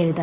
എഴുതാം